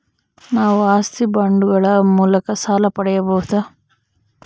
ನಾವು ಆಸ್ತಿ ಬಾಂಡುಗಳ ಮೂಲಕ ಸಾಲ ಪಡೆಯಬಹುದಾ?